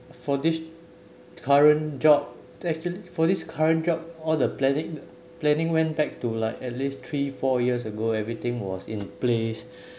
for this current job actually for this current job all the planning planning went back to like at least three four years ago everything was in place